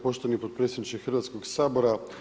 Poštovani potpredsjedniče Hrvatskog sabora.